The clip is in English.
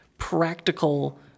practical